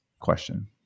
question